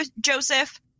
Joseph